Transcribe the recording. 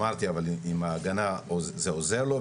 אמרתי אבל עם ההגנה זה עוזר לו,